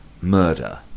murder